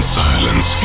silence